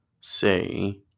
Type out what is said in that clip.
say